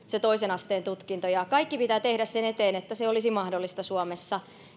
se toisen asteen tutkinto ja kaikki pitää tehdä sen eteen että se olisi mahdollista suomessa